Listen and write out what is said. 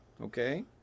okay